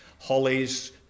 Hollies